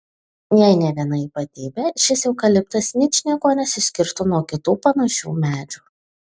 jei ne viena ypatybė šis eukaliptas ničniekuo nesiskirtų nuo kitų panašių medžių